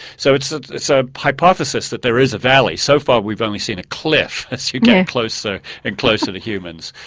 so it's ah it's a hypothesis that there is a valley so far we've only seen a cliff as you get closer and closer to humans.